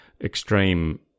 extreme